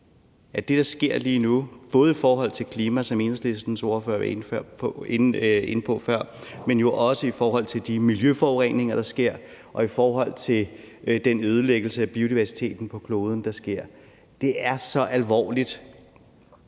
Det, der sker lige nu, både i forhold til klima, som Enhedslistens ordfører var inde på før, men også i forhold til de miljøforureninger, der sker, og i forhold til den ødelæggelse af biodiversiteten på kloden, der sker, er så alvorligt,